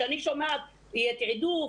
כשאני שומעת: יהיה תעדוף,